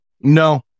No